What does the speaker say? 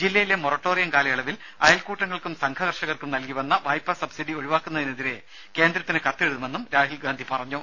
ജില്ലയിലെ മൊറട്ടോറിയം കാലയളവിൽ അയൽക്കൂട്ടങ്ങൾക്കും സംഘ കർഷകർക്കും നൽകി വന്ന വായ്പ സബ്സിഡി ഒഴിവാക്കുന്നതിനെതിരെ കേന്ദ്രത്തിന് കത്തെഴുതുമെന്നും രാഹുൽ ഗാന്ധി പറഞ്ഞു